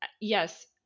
yes